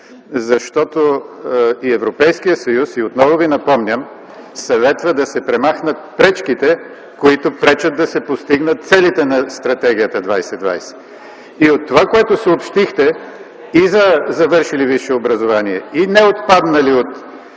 защото и Европейският съюз, отново Ви напомням, съветва да се премахнат пречките, които затрудняват постигането на целите на Стратегия 2020? Това, което съобщихте и за завършили висше образование, и неотпаднали от